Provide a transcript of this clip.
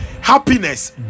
happiness